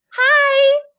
hi